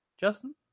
Justin